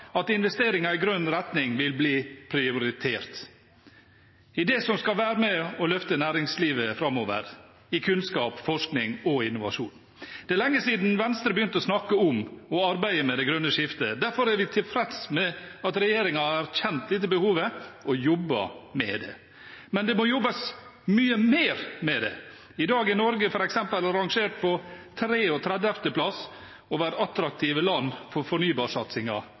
at investeringer i grønn retning vil bli prioritert i det som skal være med og løfte næringslivet framover: kunnskap, forskning og innovasjon. Det er lenge siden Venstre begynte å snakke om og arbeide med det grønne skiftet. Derfor er vi tilfreds med at regjeringen har erkjent dette behovet og jobber med det. Men det må jobbes mye mer med det. I dag er Norge f.eks. rangert på 33. plass over attraktive land for